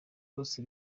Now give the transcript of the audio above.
bose